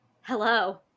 hello